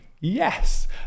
Yes